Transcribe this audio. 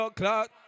clock